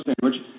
sandwich